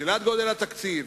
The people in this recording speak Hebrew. שאלת גודל התקציב